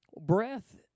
Breath